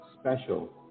special